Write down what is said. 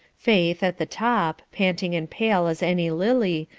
faith, at the top, panting and pale as any lily,